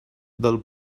del